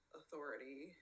authority